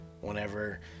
whenever